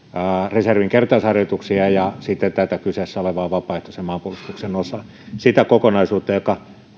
reservin kertausharjoituksia ja sitten tätä kyseessä olevaa vapaaehtoisen maanpuolustuksen osaa sitä kokonaisuutta joka